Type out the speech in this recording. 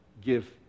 give